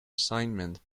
assignment